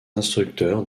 instructeurs